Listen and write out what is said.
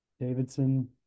Davidson